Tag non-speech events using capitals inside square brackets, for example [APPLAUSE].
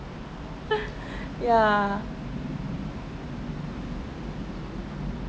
[LAUGHS] ya